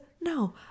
no